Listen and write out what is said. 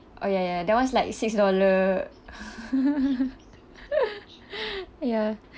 oh ya ya that one is like six dollar ya